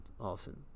often